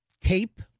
tape